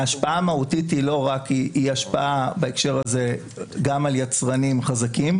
ההשפעה המהותית היא השפעה בהקשר הזה גם על יצרנים חזקים